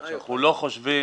רק שאנחנו לא חושבים